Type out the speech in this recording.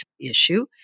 issue